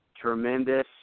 tremendous